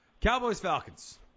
Cowboys-Falcons